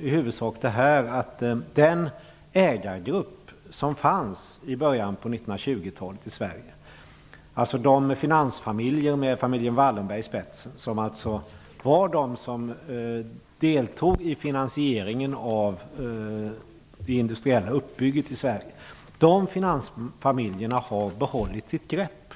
i huvudsak ut på att den ägargrupp som fanns i Sverige i början på 1920-talet, dvs. de finansfamiljer med familjen Wallenberg i spetsen som var de som deltog i finansieringen av den industriella uppbyggnaden i Sverige, har behållit sitt grepp.